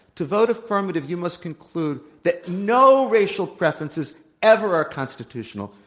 to vote affirmative, you must conclude that no racial preferences ev er are constitutional.